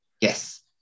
Yes